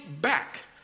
back